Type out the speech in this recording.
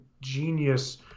genius